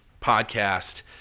podcast